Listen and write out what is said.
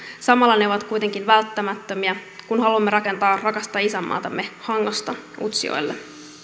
samalla ne ovat kuitenkin välttämättömiä kun haluamme rakentaa rakasta isänmaatamme hangosta utsjoelle